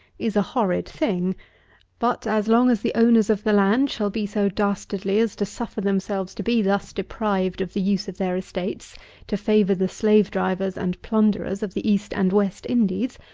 is a horrid thing but, as long as the owners of the land shall be so dastardly as to suffer themselves to be thus deprived of the use of their estates to favour the slave-drivers and plunderers of the east and west indies,